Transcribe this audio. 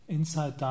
inside